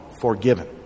forgiven